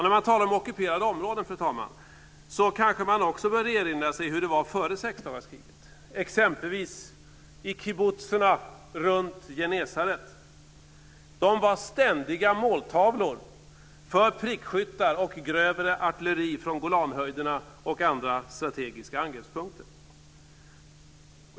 När man talar om ockuperade områden, fru talman, bör man också erinra sig hur det var före sexdagarskriget, hur exempelvis kibbuzerna runt Genesaret var ständiga måltavlor för prickskyttar och grövre artilleri från Golanhöjderna och andra strategiska angreppspunkter.